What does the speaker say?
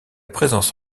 présence